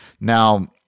Now